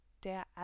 der